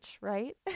right